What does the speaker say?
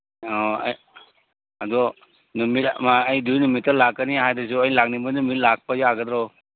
ꯑꯧ ꯑꯗꯣ ꯅꯨꯃꯤꯠ ꯑꯃ ꯑꯩ ꯑꯗꯨ ꯅꯨꯃꯤꯠꯇ ꯂꯥꯛꯀꯅꯤ ꯍꯥꯏꯗꯨꯁꯨ ꯑꯩ ꯂꯥꯛꯅꯤꯡꯕ ꯅꯨꯃꯤꯠ ꯂꯥꯛꯄ ꯌꯥꯒꯗ꯭ꯔꯣ